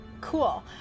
Cool